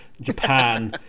Japan